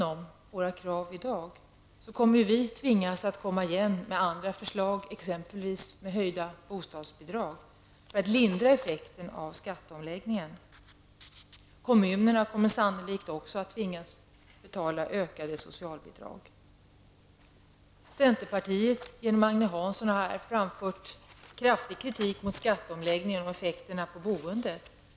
Om våra krav i dag inte går igenom, kommer vi att tvingas att komma igen med andra förslag, t.ex. höjda bostadsbidrag, för att lindra effekten av skatteomläggningen. Kommunerna kommer sannolikt också att tvingas att betala ökade socialbidrag. Centerpartiet, genom Agne Hansson, har framfört stark kritik mot skatteomläggningen och effekterna på boendet.